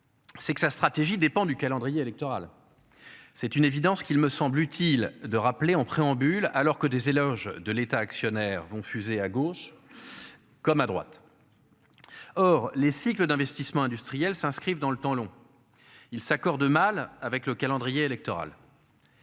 C'est que sa stratégie dépend du calendrier électoral. C'est une évidence qu'il me semble utile de rappeler en préambule. Alors que des éloges de l'État actionnaire vont fuser à gauche. Comme à droite. Or les cycles d'investissement industriel s'inscrivent dans le temps long. Il s'accorde mal avec le calendrier électoral.